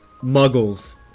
muggles